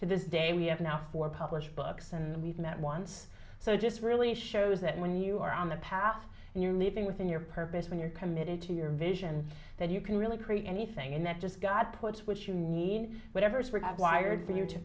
to this day we have now four published books and we've met once so it just really shows that when you are on the path and you're living within your purpose when you're committed to your vision that you can really create anything and that just god puts which you need whatever's required